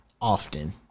often